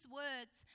words